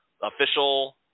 official